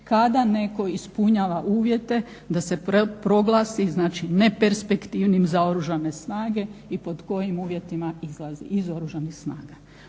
kada netko ispunjava uvjete da se proglasi, znači neperspektivnim za Oružane snage i pod kojim uvjetima izlazi iz Oružanih snaga.